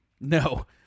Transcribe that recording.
No